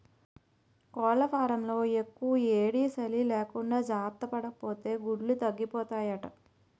కోళ్లఫాంలో యెక్కుయేడీ, సలీ లేకుండా జార్తపడాపోతే గుడ్లు తగ్గిపోతాయట